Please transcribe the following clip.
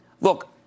Look